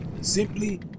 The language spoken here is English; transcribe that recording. Simply